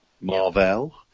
Marvel